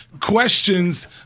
questions